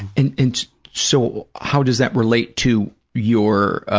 and and so, how does that relate to your